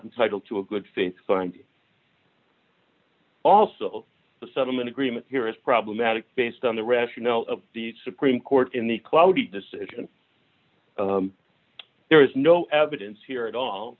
entitled to a good faith and also of the settlement agreement here is problematic based on the rationale of the supreme court in the cloudy decision there is no evidence here at all